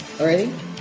Already